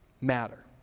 matter